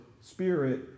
spirit